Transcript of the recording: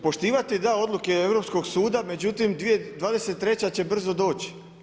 Poštivati da odluke Europskog suda, međutim 2023. će brzo doći.